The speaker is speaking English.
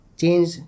change